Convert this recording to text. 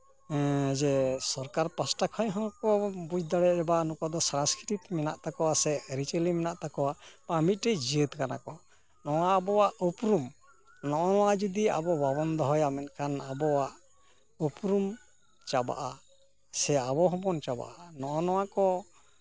ᱡᱮ ᱥᱚᱨᱠᱟᱨ ᱯᱟᱥᱴᱟ ᱥᱮᱡ ᱦᱚᱸᱠᱚ ᱵᱩᱡᱽ ᱫᱟᱲᱮᱭᱟᱜᱼᱟ ᱵᱟᱝ ᱱᱩᱠᱩ ᱫᱚ ᱥᱟᱥᱠᱨᱤᱛ ᱢᱮᱱᱟᱜ ᱛᱟᱠᱚᱣᱟ ᱥᱮ ᱟᱹᱨᱤᱪᱟᱞᱤ ᱢᱮᱱᱟᱜ ᱛᱟᱠᱚᱣᱟ ᱵᱟ ᱢᱤᱫᱴᱮᱡ ᱡᱟᱹᱛ ᱠᱟᱱᱟᱠᱚ ᱱᱚᱣᱟ ᱟᱵᱚᱣᱟᱜ ᱩᱯᱨᱩᱢ ᱱᱚᱣᱟ ᱡᱩᱫᱤ ᱟᱵᱚ ᱵᱟᱵᱚᱱ ᱫᱚᱦᱚᱭᱟ ᱟᱵᱚᱣᱟᱜ ᱩᱯᱨᱩᱢ ᱪᱟᱵᱟᱜᱼᱟ ᱥᱮ ᱟᱵᱚ ᱦᱚᱸᱵᱚᱱ ᱪᱟᱵᱟᱜᱼᱟ ᱱᱚᱜᱼᱚ ᱱᱚᱣᱟᱠᱚ